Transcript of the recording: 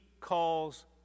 calls